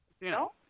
No